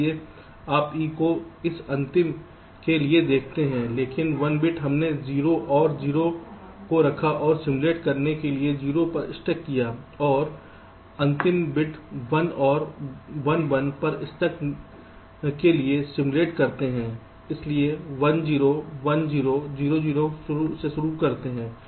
इसलिए आप e को इस अंतिम के लिए देखते हैं लेकिन 1 बिट हमने 0 और 0 को रखा और सिमुलेट करने के लिए 0 पर स्टक किया है और अंतिम बिट 1 और 1 1 पर स्टक ने के लिए सिमुलेट करते हैं चलिए 1 0 1 0 0 0 शुरू करते हैं